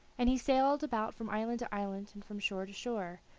and he sailed about from island to island, and from shore to shore,